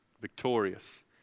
victorious